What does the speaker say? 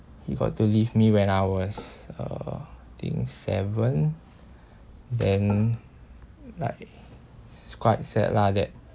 he got to leave me when I was uh think seven then like quite sad lah that